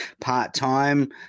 part-time